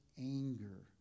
anger